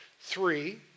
Three